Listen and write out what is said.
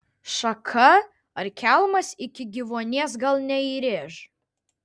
šaka ar kelmas iki gyvuonies gal neįrėš